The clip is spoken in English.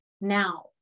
now